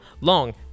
long